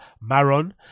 maron